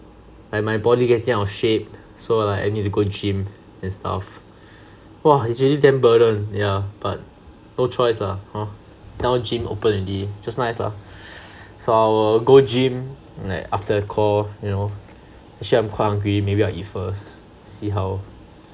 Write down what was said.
like my body getting out of shape so like I need to go and gym and stuff !wah! it's really damn burden yeah but no choice lah hor now gym open already just nice lah so I'll go gym like after the call you know actually I'm quite hungry maybe I eat first see how